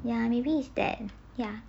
ya maybe it's that ya